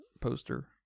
poster